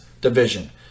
division